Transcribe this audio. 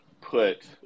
put